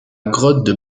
grotte